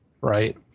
Right